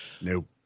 Nope